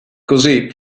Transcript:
così